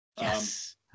Yes